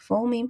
רפורמים,